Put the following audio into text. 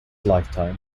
lifetime